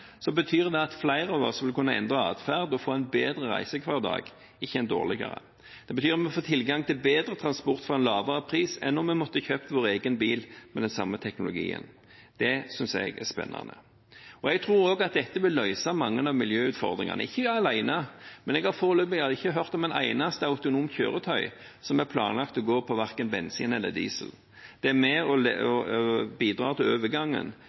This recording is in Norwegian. betyr det at flere av oss vil kunne endre atferd og få en bedre reisehverdag – ikke en dårligere. Det betyr at vi får tilgang til bedre transport til en lavere pris enn om vi måtte kjøpt vår egen bil med den samme teknologien. Det synes jeg er spennende. Jeg tror også at dette vil løse mange av miljøutfordringene – ikke alene, men jeg har foreløpig ikke hørt om et eneste autonomt kjøretøy som er planlagt å gå på verken bensin eller diesel. De er i stor grad med på å bidra til overgangen